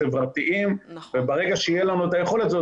החברתיים וברגע שתהיה לנו את היכולת הזאת,